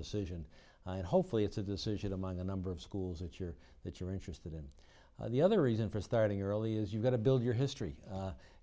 decision and hopefully it's a decision among the number of schools that you're that you're interested in the other reason for starting early is you've got to build your history